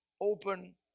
open